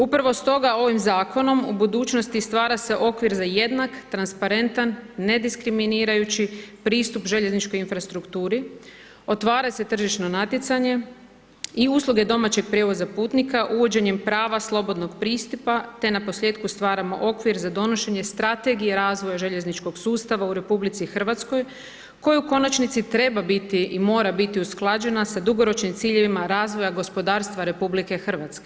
Upravo stoga ovim zakonom u budućnosti stvara se okvir za jednak, transparentan, ne diskriminirajući pristup željezničkoj infrastrukturi, otvara se tržišno natjecanje i usluge domaćeg prijevoza putnika uvođenjem prava slobodnog pristupa te naposljetku stvaramo okvir za donošenje strategije razvoja željezničkog sustava u RH koje u konačnici treba biti i mora biti usklađena sa dugoročnim ciljevima razvoja gospodarstva RH.